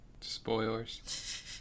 Spoilers